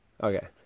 Okay